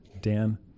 Dan